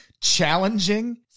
challenging